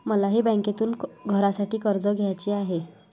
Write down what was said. मलाही बँकेतून घरासाठी कर्ज घ्यायचे आहे